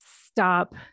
stop